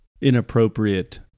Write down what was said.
inappropriate